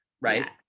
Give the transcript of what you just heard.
right